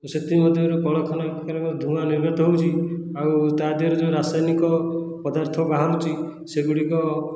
ଆଉ ସେଥିମଧ୍ୟରୁ କଳକାରଖାନା ଧୂଆଁ ନିର୍ଗତ ହେଉଛି ଆଉ ତା ଦେହରେ ଯେଉଁ ରାସାୟନିକ ପଦାର୍ଥ ବାହାରୁଛି ସେଗୁଡ଼ିକ